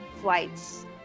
flights